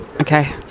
Okay